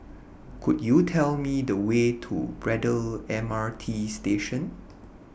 Could YOU Tell Me The Way to Braddell M R T Station